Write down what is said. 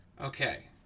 Okay